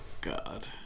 God